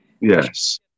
Yes